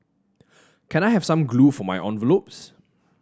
can I have some glue for my envelopes